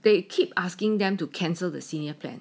they keep asking them to cancel the senior plan